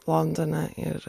londone ir